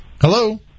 Hello